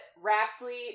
raptly